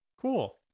cool